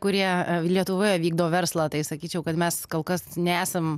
kurie lietuvoje vykdo verslą tai sakyčiau kad mes kol kas nesam